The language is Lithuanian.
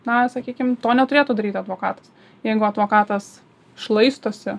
na sakykim to neturėtų daryti advokatas jeigu advokatas šlaistosi